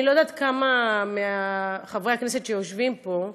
אני לא יודעת כמה מחברי הכנסת שיושבים פה,